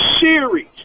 series